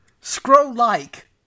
Scroll-like